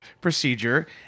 procedure